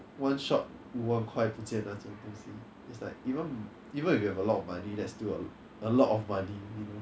one shot 五万快不见的那种东西 it's like even even if you have a lot of money that's still a lot of money